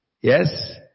Yes